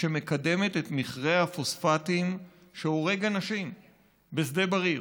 שמקדמת את מכרה הפוספטים שהורג אנשים בשדה בריר,